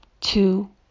two